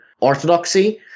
orthodoxy